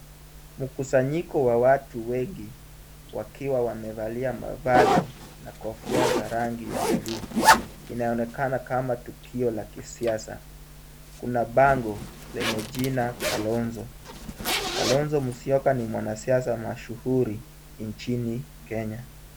Mkusanyiko wa watu wengi wakiwa wamevalia mavazi na kofia za rangi ya bluu, inaonekana kama tukio la kisiasa. Kuna bango lenye jina Kalonzo. Kalonzo Musyoka ni mwanasiasa mashuhuri nchini Kenya.